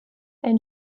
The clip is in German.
ein